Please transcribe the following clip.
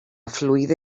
fluida